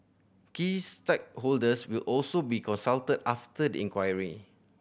key stakeholders will also be consulted after the inquiry